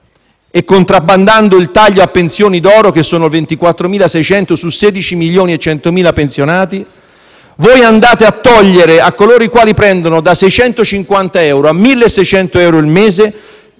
e contrabbandando il taglio a pensioni d'oro (che sono 24.600 su un totale di 16.100.000 pensionati), voi andate a togliere a coloro i quali percepiscono da 650 a 1.600 euro al mese